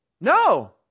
No